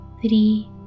three